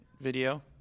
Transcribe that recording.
video